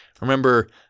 remember